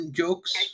jokes